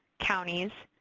counties,